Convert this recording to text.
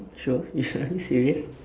sure you su~ are you serious